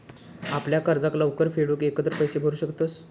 आपल्या कर्जाक लवकर फेडूक एकत्र पैशे भरू शकतंस